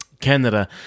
canada